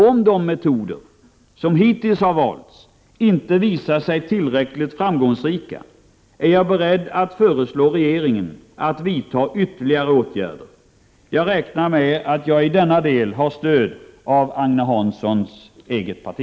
Om de metoder som hittills har valts inte visar sig tillräckligt framgångsrika, är jag beredd att föreslå regeringen att vidta ytterligare åtgärder. Jag räknar med att jag i denna del har stöd av Agne Hanssons eget parti.